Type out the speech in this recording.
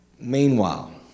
Meanwhile